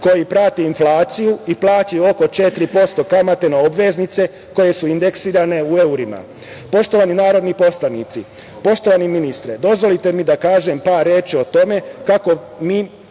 koji prate inflaciju i plaćaju oko 4% kamate na obveznice koje su indeksirane u evrima. Poštovani narodni poslanici, poštovani ministre, dozvolite mi da kažem par reči o tome kako mi